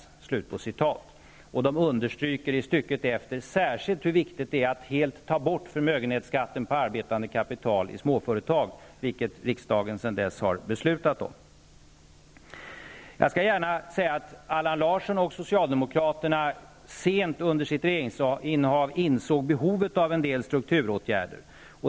I stycket efter understryks särskilt hur viktigt det är att helt ta bort förmögenhetsskatten på arbetande kapital i småföretag, vilket riksdagen sedan dess har beslutat om. Allan Larsson och socialdemokraterna insåg sent under sitt regeringsinnehav behovet av en del strukturåtgärder.